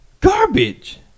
garbage